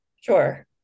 sure